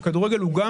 הוא אינטרס כלכלי,